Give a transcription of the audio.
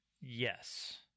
Yes